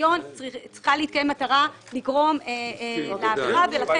צריכה להתקיים מטרה לגרום לעבירה ולכן